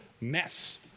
mess